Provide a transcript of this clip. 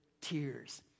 tears